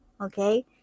Okay